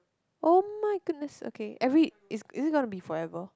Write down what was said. [oh]-my-goodness okay every is is it gonna be forever